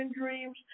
dreams